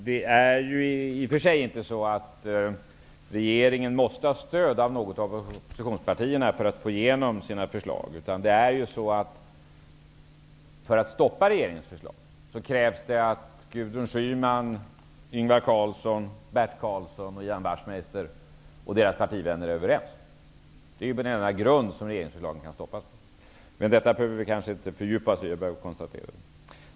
Herr talman! Regeringen måste inte ha stöd av något av oppositionspartierna för att få igenom sina förslag. För att stoppa regeringens förslag krävs att Gudrun Schyman, Ingvar Carlsson, Bert Karlsson och Ian Wachtmeister och deras partivänner är överens. Det är på denna grund som regeringsförslagen kan stoppas. I detta behöver vi kanske inte fördjupa oss nu, det är bara ett konstaterande.